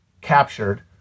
captured